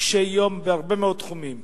קשי-יום בהרבה מאוד תחומים